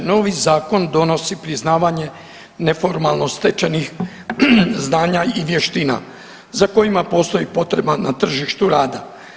Novi Zakon donosi priznavanje neformalno stečenih znanja i vještina za kojima postoji potreba na tržištu rada.